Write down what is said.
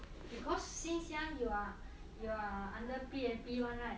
because since young you are you are under P_A_P [one] right